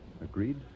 Agreed